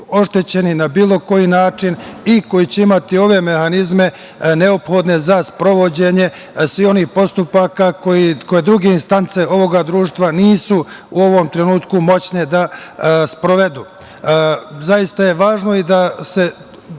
oštećeni na bilo koji način i koji će imati ove mehanizme neophodne za sprovođenje svih onih postupaka koje druge instance ovoga društva nisu u ovom trenutku moćne da sprovedu. Zaista je važno i da se